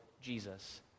Jesus